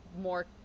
more